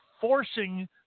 forcing